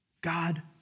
God